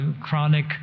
chronic